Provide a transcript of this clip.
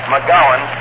McGowan